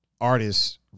artists